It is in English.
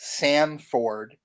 Samford